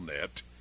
net